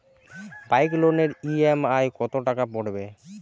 Bike লোনের EMI কত টাকা পড়বে?